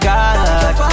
God